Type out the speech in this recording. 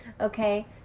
Okay